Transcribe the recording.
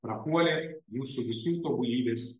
prapuolė jūsų visi tobulybės